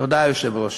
תודה, היושב-ראש.